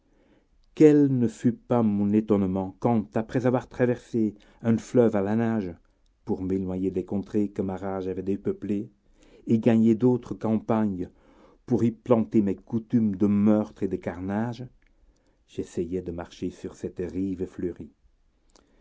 quel ne fut pas mon étonnement quand après avoir traversé un fleuve à la nage pour m'éloigner des contrées que ma rage avait dépeuplées et gagner d'autres campagnes pour y planter mes coutumes de meurtre et de carnage j'essayai de marcher sur cette rive fleurie